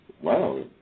Wow